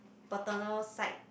paternal side